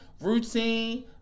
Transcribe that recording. Routine